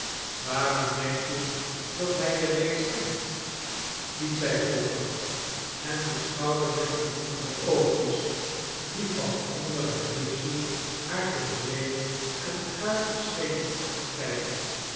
waarom denk je dat hij je reeds kent liet zij volgen en beschouwde met genoegen de oogjes die van onder het mutsje haar tevreden en guitig schenen aan te kijken